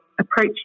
approach